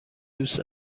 دوست